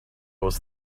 was